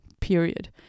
Period